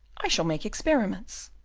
i shall make experiments.